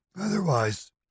Otherwise